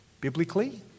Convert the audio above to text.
biblically